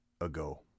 ago